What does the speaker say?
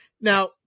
Now